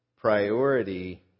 Priority